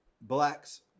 Blacks